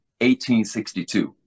1862